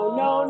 no